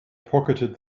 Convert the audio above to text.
pocketed